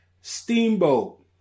Steamboat